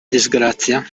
disgrazia